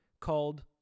called